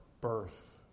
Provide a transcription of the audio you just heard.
birth